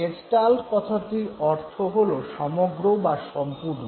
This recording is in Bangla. গেস্টাল্ট কথাটির অর্থ হল সমগ্র বা সম্পূর্ণ